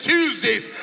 Tuesdays